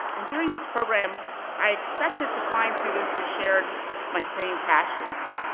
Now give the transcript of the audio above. and during this program i expected to find students who shared my same passions.